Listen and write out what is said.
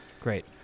Great